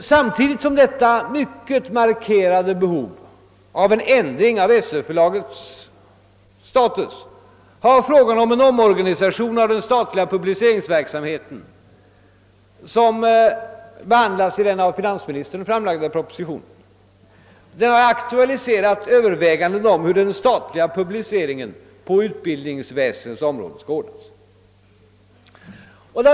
Samtidigt som man har detta mycket markerade behov av en ändring av SÖ-förlagets status har frågan om en omorganisation av den statliga publiceringsverksamhet, som behandlas i den av finansministern framlagda propositionen, aktualiserat överväganden om hur den statliga publiceringen på utbildningsväsendets område skall ordnas.